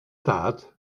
dad